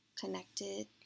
connected